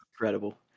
incredible